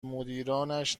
مدیرانش